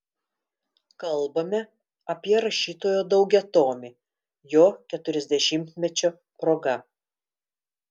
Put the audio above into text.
kalbame apie rašytojo daugiatomį jo keturiasdešimtmečio proga